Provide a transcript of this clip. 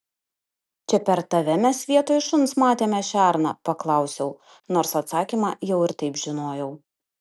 čia per tave mes vietoj šuns matėme šerną paklausiau nors atsakymą jau ir taip žinojau